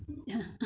吃三片